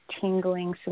tingling